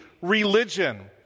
religion